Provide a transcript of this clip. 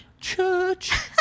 Church